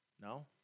no